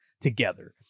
together